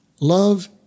Love